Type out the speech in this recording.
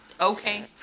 Okay